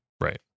Right